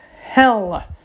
hell